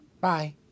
Bye